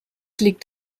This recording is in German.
liegt